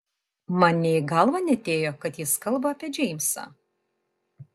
man nė į galvą neatėjo kad jis kalba apie džeimsą